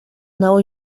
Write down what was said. now